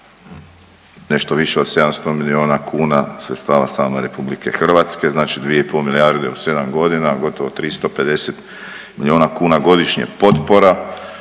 nešto više od 700 milijuna kuna sredstava same RH, znači 2,5 milijarde u 7.g., gotovo 350 milijuna kuna godišnje potpora